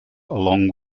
along